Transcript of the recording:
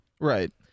Right